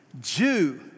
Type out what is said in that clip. Jew